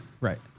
right